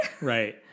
Right